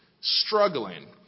Struggling